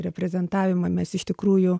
reprezentavimą mes iš tikrųjų